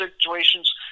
situations